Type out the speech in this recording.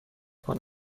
کنم